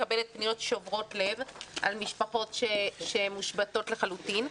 מקבלת פניות שוברות-לב על משפחות שמושבתות לחלוטין.